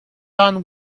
done